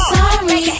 Sorry